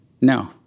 No